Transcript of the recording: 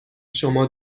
شما